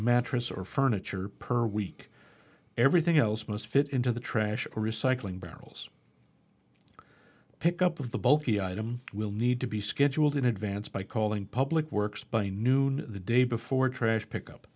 mattress or furniture per week everything else must fit into the trash recycling barrels pick up of the bulky item will need to be scheduled in advance by calling public works by noon the day before trash pick up